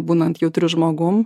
būnant jautriu žmogum